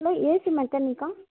hello AC மெக்கானிக்கா